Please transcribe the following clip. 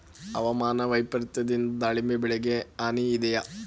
ಹವಾಮಾನ ವೈಪರಿತ್ಯದಿಂದ ದಾಳಿಂಬೆ ಬೆಳೆಗೆ ಹಾನಿ ಇದೆಯೇ?